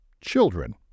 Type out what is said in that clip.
Children